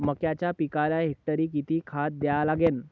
मक्याच्या पिकाले हेक्टरी किती खात द्या लागन?